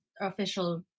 official